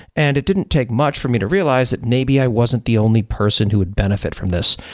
and it didn't take much for me to realize that maybe i wasn't the only person who would benefit from this.